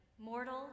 Mortal